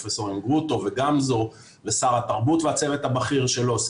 פרופ' גרוטו ופרופ' גמזו ושר התרבות והצוות הבכיר שלו,